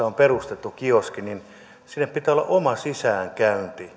on perustettu kioski niin sinne pitää olla oma sisäänkäynti